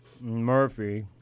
Murphy